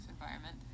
environment